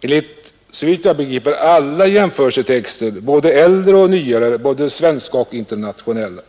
enligt, såvitt jag begriper, alla jämförelsetexter — både äldre och nyare, både svenska och internationella.